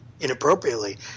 inappropriately